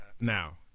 now